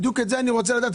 בדיוק את זה אני רוצה לדעת,